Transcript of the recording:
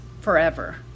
forever